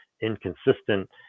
inconsistent